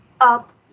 up